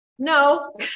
No